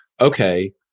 okay